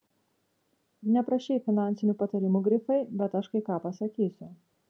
neprašei finansinių patarimų grifai bet aš kai ką pasakysiu